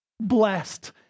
blessed